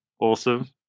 awesome